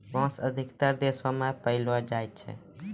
बांस अधिकतर देशो म पयलो जाय छै